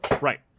Right